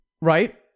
Right